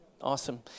Awesome